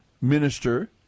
minister